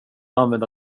använda